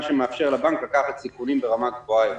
מה שמאפשר לבנק לקחת סיכונים ברמה גבוהה יותר.